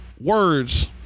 words